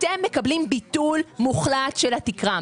אתם מקבלים ביטול מוחלט של התקה,